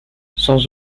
sans